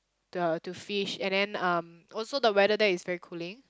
the to fish and then um also the weather there is very cooling